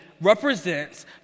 represents